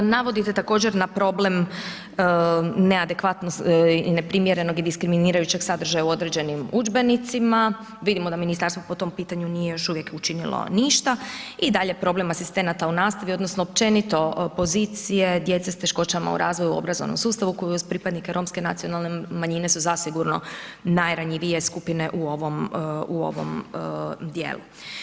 Navodite također na problem neadekvatnosti i neprimjerenog i diskriminirajućeg sadržaja u određenim udžbenicima, vidimo da ministarstvo po tom pitanju nije još uvijek učinilo ništa i dalje problem asistenata u nastavi, odnosno općenito pozicije, djeca sa teškoćama u razvoju u obrazovnom sustavu koji uz pripadnike romske nacionalne manjine su zasigurno najranjivije skupine u ovom dijelu.